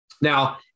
Now